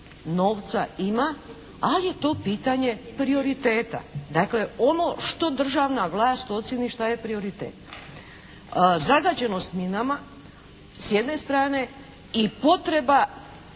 ima, ali je to pitanje prioriteta. Dakle, ono što državna vlast ocijeni što je prioritet. Zagađenost minama s jedne strane i potreba